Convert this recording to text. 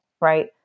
right